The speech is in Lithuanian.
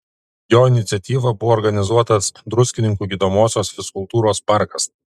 jo iniciatyva buvo organizuotas druskininkų gydomosios fizkultūros parkas